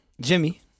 Jimmy